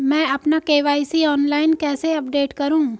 मैं अपना KYC online कैसे अपडेट करूँ?